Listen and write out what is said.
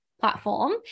Platform